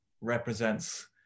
represents